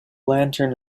lantern